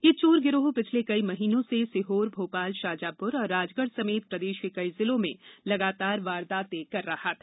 यह चोर गिरोह पिछले कई महीनों से सीहोर भोपाल शाजापुर और राजगढ़ समेत प्रदेश के कई जिलों में लगातार वारदातें कर रहा था